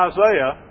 Isaiah